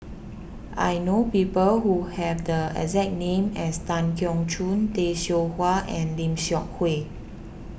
I know people who have the exact name as Tan Keong Choon Tay Seow Huah and Lim Seok Hui